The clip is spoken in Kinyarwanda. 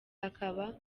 akaba